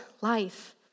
life